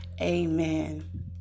Amen